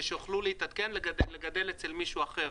שיוכלו להתעדכן לגדל אצל מישהו אחר.